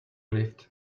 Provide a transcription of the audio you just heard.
lived